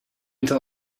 until